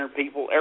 people